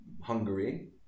Hungary